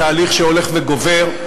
בתהליך שהולך וגובר,